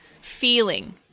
feeling